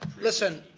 listen,